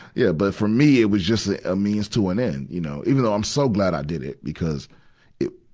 yeah, but for me, me, it was just a, a means to an end, you know, even though i'm so glad i did it, because it,